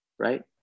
right